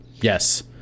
Yes